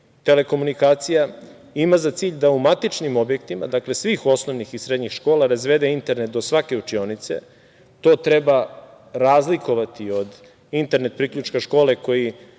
telekomunikacija, ima za cilj da u matičnim objektima, dakle svih osnovnih i srednjih škola razvede internet do svake učionice. To treba razlikovati od internet priključka škole koji